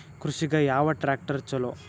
ಕೃಷಿಗ ಯಾವ ಟ್ರ್ಯಾಕ್ಟರ್ ಛಲೋ?